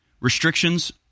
restrictions